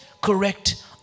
correct